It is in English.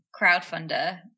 crowdfunder